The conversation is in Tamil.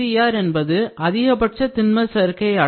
fscrஎன்பது அதிகபட்ச திண்மசேர்க்கை அளவு